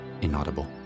inaudible